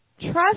trust